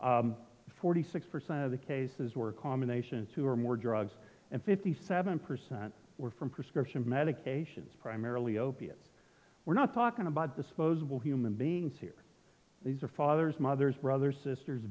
forty six percent of the cases were combinations two or more drugs and fifty seven percent were from prescription medications primarily opiates we're not talking about disposable human beings here these are fathers mothers brothers sisters